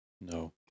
No